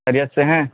خیریت سے ہیں